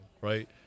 right